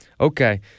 Okay